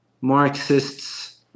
Marxists